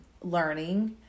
learning